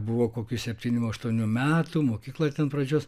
buvau kokių septynių aštuonių metų mokyklą ten pradžios